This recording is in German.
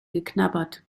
geknabbert